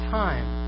time